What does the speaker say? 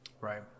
Right